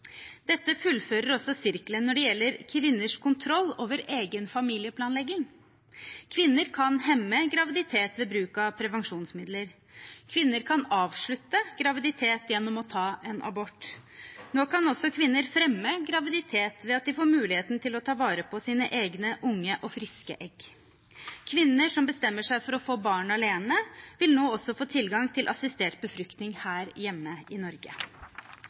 Dette fullfører også sirkelen når det gjelder kvinners kontroll over egen familieplanlegging. Kvinner kan hemme graviditet ved bruk av prevensjonsmidler, kvinner kan avslutte graviditet gjennom å ta en abort. Nå kan også kvinner fremme graviditet ved at de får muligheten til å ta vare på sine egne unge og friske egg. Kvinner som bestemmer seg for å få barn alene, vil nå også få tilgang til assistert befruktning her hjemme i Norge.